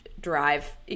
drive